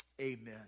Amen